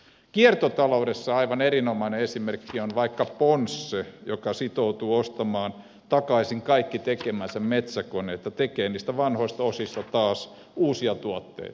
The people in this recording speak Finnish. kiertotaloudessa aivan erinomainen esimerkki on ponsse joka sitoutuu ostamaan takaisin kaikki tekemänsä metsäkoneet ja tekee niistä vanhoista osista taas uusia tuotteita